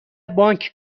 بانک